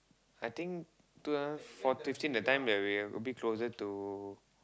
I think two thousand four fifteen that time we were a bit closer to